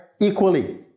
equally